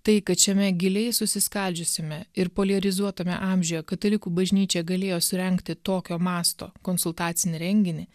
tai kad šiame giliai susiskaldžiusiame ir poliarizuotame amžiuje katalikų bažnyčia galėjo surengti tokio masto konsultacinį renginį